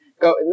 go